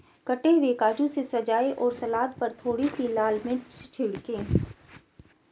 कटे हुए काजू से सजाएं और सलाद पर थोड़ी सी लाल मिर्च छिड़कें